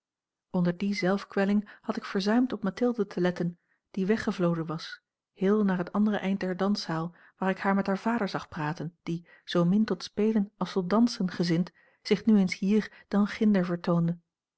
onder die zelfkwelling had ik verzuimd op mathilde te letten die weggevloden was heel naar a l g bosboom-toussaint langs een omweg het andere eind der danszaal waar ik haar met haar vader zag praten die zoomin tot spelen als tot dansen gezind zich nu eens hier dan ginder vertoonde